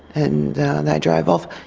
and they drove off.